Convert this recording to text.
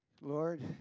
Lord